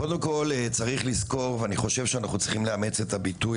קודם כל צריך לזכור אני חושב שאנחנו צריכים לאמץ אותה ביטוי